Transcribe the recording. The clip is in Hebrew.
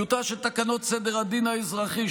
טיוטה של תקנות סדר הדין האזרחי,